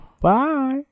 Bye